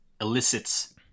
elicits